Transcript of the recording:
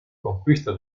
conquista